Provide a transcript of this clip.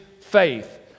faith